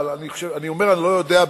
אבל אני אומר שאני לא יודע,